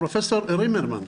פרופ' רימרמן,